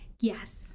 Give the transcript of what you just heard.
Yes